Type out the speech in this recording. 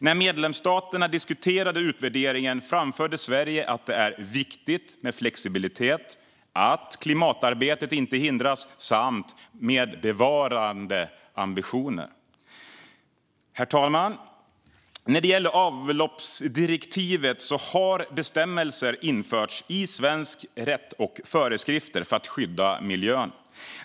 När medlemsstaterna diskuterade utvärderingen framförde Sverige att det är viktigt med flexibilitet, att klimatarbetet inte hindras samt bevarade ambitioner. Herr talman! När det gäller avloppsdirektivet har bestämmelser införts i svensk rätt och föreskrifter för att skydda miljön.